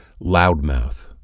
Loudmouth